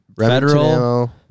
Federal